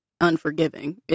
unforgiving